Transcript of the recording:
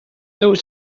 those